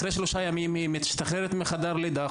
אחרי שלושה ימים משתחררת מחדר לידה,